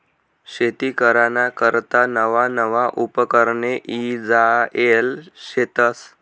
शेती कराना करता नवा नवा उपकरणे ईजायेल शेतस